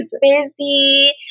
busy